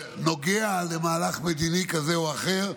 שנוגע למהלך מדיני כזה או אחר,